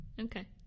Okay